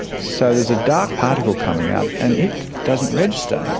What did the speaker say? so there's a dark particle coming out, and it doesn't register.